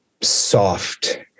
Soft